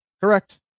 Correct